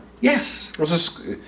Yes